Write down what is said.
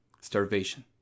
starvation